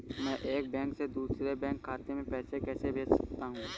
मैं एक बैंक से दूसरे बैंक खाते में पैसे कैसे भेज सकता हूँ?